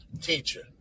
teacher